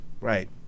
right